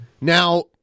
Now